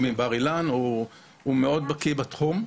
הוא מאוניברסיטת בר-אילן והוא מאוד בקיא בתחום.